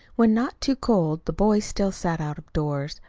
when not too cold, the boys still sat out of doors.